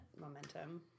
momentum